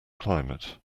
climate